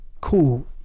cool